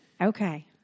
Okay